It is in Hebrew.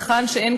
כי אני ראיתי